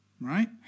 right